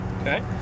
Okay